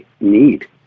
need